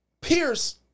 pierce